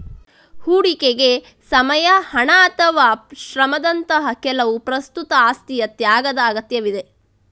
ಹೂಡಿಕೆಗೆ ಸಮಯ, ಹಣ ಅಥವಾ ಶ್ರಮದಂತಹ ಕೆಲವು ಪ್ರಸ್ತುತ ಆಸ್ತಿಯ ತ್ಯಾಗದ ಅಗತ್ಯವಿದೆ